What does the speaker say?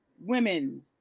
women